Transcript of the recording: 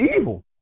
evil